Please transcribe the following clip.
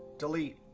delete.